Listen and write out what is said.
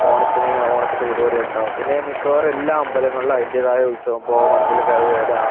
ഓണത്തിന് ഓണത്തിൻ്റെ പരിപാടികളുണ്ടാവും പിന്നെ മിക്കവാറും എല്ലാ അമ്പലങ്ങളിലും അതിൻ്റെതായ ഉത്സവം ഇപ്പോൾ മണപ്പുള്ളിക്കാവ് വേല